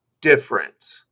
different